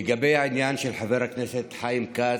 לגבי העניין של חבר הכנסת חיים כץ,